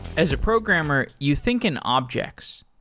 as a programmer, you think an object.